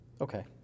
Okay